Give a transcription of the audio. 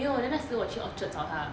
没有 then 那是我去 orchard 找他